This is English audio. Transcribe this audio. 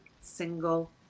single